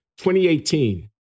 2018